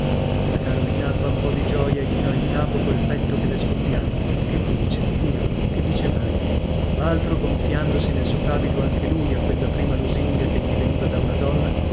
la carolina avvampò di gioia e chinò il capo col petto che le scoppiava che dice io che dice mai laltro gonfiandosi nel soprabito anche lui a quella prima lusinga che gli veniva da una donna